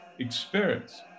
experience